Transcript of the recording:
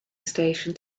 station